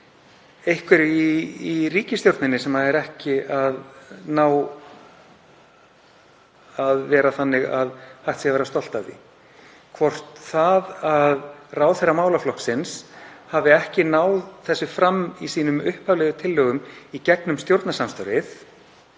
einhverju í ríkisstjórninni sem er ekki þannig að hægt sé að vera stolt af því? Er það að ráðherra málaflokksins skuli ekki hafa náð þessu fram í sínum upphaflegu tillögum í gegnum stjórnarsamstarfið,